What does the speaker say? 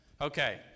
Okay